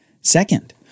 Second